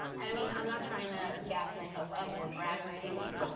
i mean, i'm not trying to gas myself up, or brag, or anything,